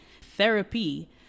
Therapy